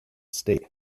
state